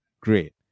great